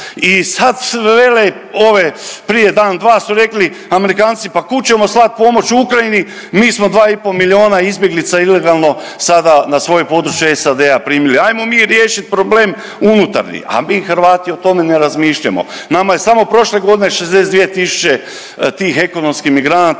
I sad vele ove, prije dan, dva su rekli Amerikanci, pa kud ćemo slati pomoć u Ukrajini, mi smo 2,5 milijuna izbjeglica ilegalno sada na svoje područje SAD-a primili. Ajmo mi riješiti problem unutarnji. A mi Hrvati o tome ne razmišljamo, nama je samo prošle godine 62 tisuće tih ekonomskim migranata